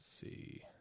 see